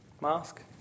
mask